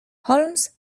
holmes